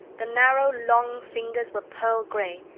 the narrow, long fingers were pearl-gray,